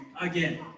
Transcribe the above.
again